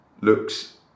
looks